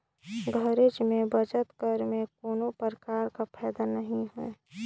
घरेच में बचत करे में कोनो परकार के फायदा नइ होय